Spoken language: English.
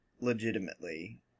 legitimately